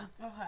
okay